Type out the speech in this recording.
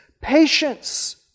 Patience